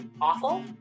awful